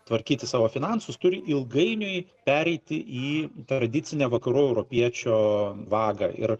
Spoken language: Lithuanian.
tvarkyti savo finansus turi ilgainiui pereiti į tradicinę vakarų europiečio vagą ir